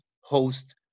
host